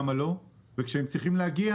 וכשהם צריכים להגיע